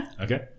Okay